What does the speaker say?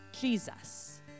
Jesus